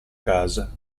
casa